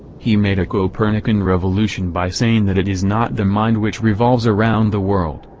he made a copernican revolution by saying that it is not the mind which revolves around the world,